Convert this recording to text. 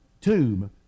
tomb